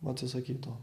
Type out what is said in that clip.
atsisakyt to